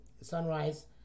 sunrise